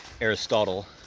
Aristotle